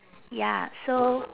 ya so